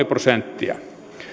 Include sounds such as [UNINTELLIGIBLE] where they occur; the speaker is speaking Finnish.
[UNINTELLIGIBLE] prosenttia